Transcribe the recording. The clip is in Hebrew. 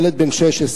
ילד בן 16,